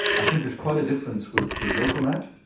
i think there's quite a difference with the lokomat.